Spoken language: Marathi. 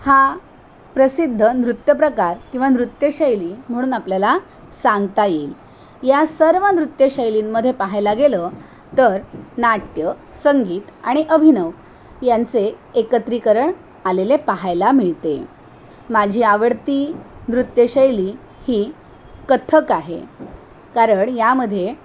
हा प्रसिद्ध नृत्यप्रकार किंवा नृत्यशैली म्हणून आपल्याला सांगता येईल या सर्व नृत्यशैलींमध्ये पाहायला गेलं तर नाट्य संगीत आणि अभिनय यांचे एकत्रीकरण आलेले पाहायला मिळते माझी आवडती नृत्यशैली ही कथ्थक आहे कारण यामध्ये